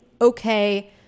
okay